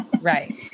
right